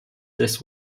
des